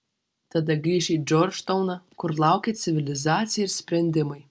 tada grįš į džordžtauną kur laukė civilizacija ir sprendimai